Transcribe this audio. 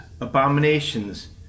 abominations